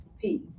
Peace